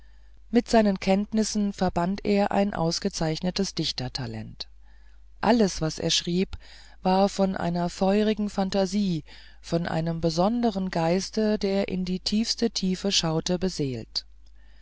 mit seinen kenntnissen verband er ein ausgezeichnetes dichtertalent alles was er schrieb war von einer feurigen phantasie von einem besondern geiste der in die tiefste tiefe schaute beseelt